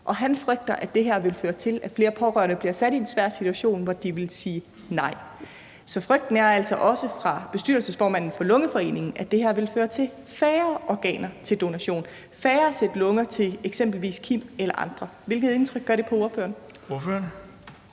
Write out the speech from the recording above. og han frygter, at det her vil føre til, at flere pårørende bliver sat i en svær situation, hvor de vil sige nej. Så frygten er altså også fra bestyrelsesformanden for Lungeforeningens side, at det her vil føre til færre organer til donation, færre sæt lunger til eksempelvis Kim eller andre. Hvilket indtryk gør det på ordføreren? Kl.